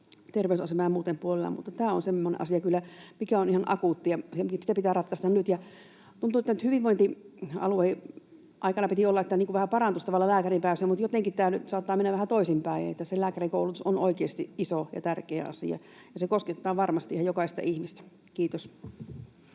Tämä on semmoinen asia kyllä, mikä on ihan akuutti ja mikä pitää ratkaista nyt. Tuntuu, että nyt hyvinvointialueaikana piti olla, että tavallaan vähän parantuisi lääkäriinpääsy, mutta jotenkin tämä nyt saattaa mennä vähän toisinpäin. Se lääkärikoulutus on oikeasti iso ja tärkeä asia, ja se koskettaa varmasti ihan jokaista ihmistä. — Kiitos.